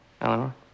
Eleanor